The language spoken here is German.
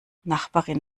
nachbarin